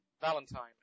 Valentine